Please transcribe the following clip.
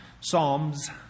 Psalms